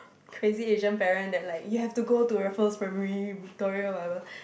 crazy Asian parent that like you have to go to Raffles Primary Victoria whatever